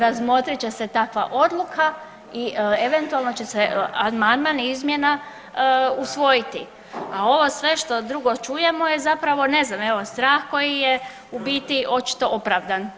Razmotrit će se takva odluka i eventualno će se amandman izmjena usvojiti, a ovo sve što drugo čujemo je zapravo ne znam evo strah koji je u biti očito opravdan.